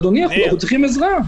אדוני, אנחנו צריכים עזרה.